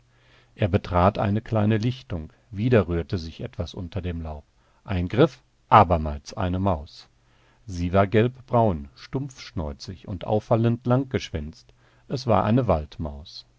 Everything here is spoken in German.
er betrat eine kleine lichtung wieder rührte sich etwas unter dem laub ein griff abermals eine maus sie war gelbbraun stumpfschnäuzig und auffallend langgeschwänzt es war eine waldmaus